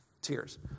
Tears